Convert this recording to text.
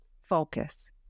focus